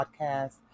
podcast